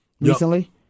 recently